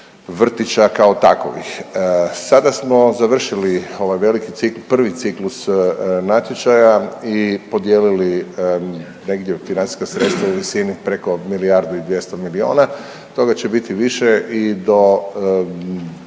vrtića kao takovih. Sada smo završili ovaj veliki, prvi ciklus natječaja i podijelili negdje financijska sredstva u visini preko milijardu i 200 milijuna. Toga će biti više i do